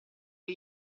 che